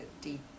deep